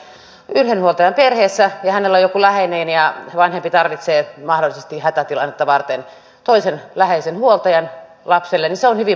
elikkä jos lapsi on yhden huoltajan perheessä ja hänellä on joku läheinen ja vanhempi tarvitsee mahdollisesti hätätilannetta varten toisen läheisen huoltajan lapselleen niin se on hyvin mahdollista